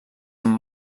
amb